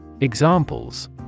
Examples